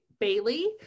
Bailey